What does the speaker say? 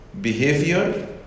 behavior